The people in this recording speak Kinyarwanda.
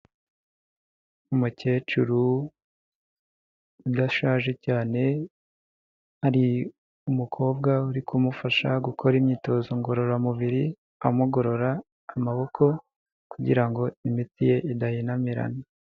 Umukecuru udashaje cyane hari umukobwa uri kumufasha gukora imyitozo ngororamubiri amugorora amaboko kugira ngo imitsi ye idahinamirana.